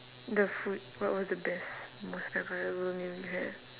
the food what was the best most memorable meal you had